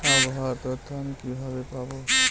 আবহাওয়ার তথ্য আমি কিভাবে পাবো?